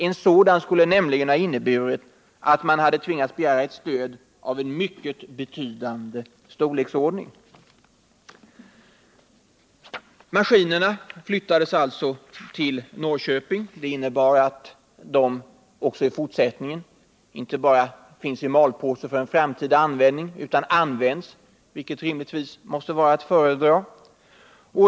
En sådan skulle nämligen ha inneburit att företaget hade tvingats begära stöd av mycket betydande storleksordning. Maskinerna flyttades alltså till Norrköping. Det innebar att de inte behövde förvaras i malpåse för en framtida användning utan faktiskt kunde användas, vilket rimligtvis måste vara att föredra.